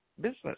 business